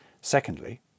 Secondly